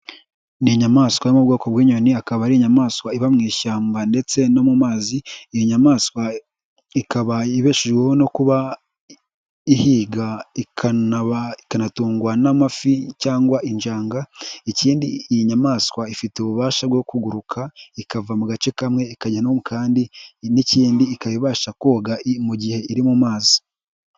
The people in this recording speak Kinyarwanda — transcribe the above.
Ni inyamaswa yo mu bwoko bw'inyoni, akaba ari inyamaswa iba mu ishyamba ndetse no mu mazi, iyo nyamaswa ikaba ibeshejweho no kuba ihiga, ikanatungwa n'amafi cyangwa injanga, ikindi iyi nyamaswa ifite ububasha bwo kuguruka, ikava mu gace kamwe ikajya no mu kandi n'ikindi ikaba ibasha koga mu gihe iri mu mazi.